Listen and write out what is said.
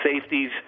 safeties